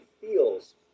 feels